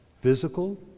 physical